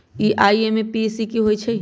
IMPS की होईछइ?